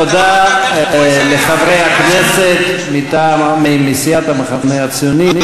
תודה לחברי הכנסת מסיעת המחנה הציוני.